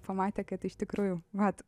pamatė kad iš tikrųjų vat